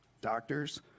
doctors